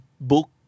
book